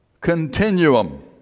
continuum